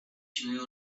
junior